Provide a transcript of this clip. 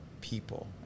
people